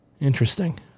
Interesting